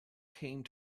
came